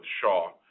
Shaw